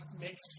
makes